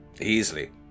Easily